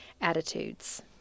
attitudes